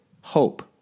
hope